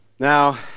Now